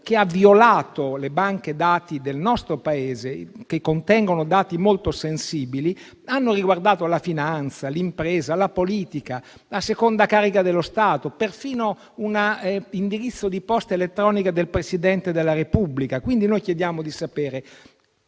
che ha violato le banche dati del nostro Paese che contengono dati molto sensibili, ha riguardato la finanza, l'impresa, la politica, la seconda carica dello Stato e perfino un indirizzo di posta elettronica del Presidente della Repubblica. Quindi, chiediamo di sapere